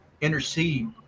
intercede